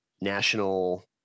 national